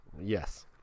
yes